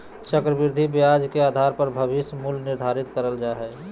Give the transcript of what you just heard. चक्रविधि ब्याज के आधार पर भविष्य मूल्य निर्धारित करल जा हय